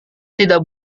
tidak